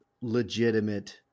Legitimate